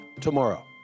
tomorrow